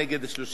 נגד, נגד.